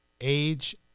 age